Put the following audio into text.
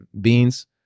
beans